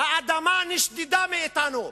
האדמה נשדדה מאתנו,